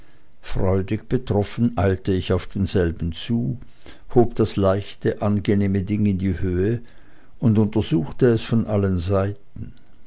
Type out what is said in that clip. freudig betroffen eilte ich auf denselben zu hob das leichte angenehme ding in die höhe und untersuchte es von allen seiten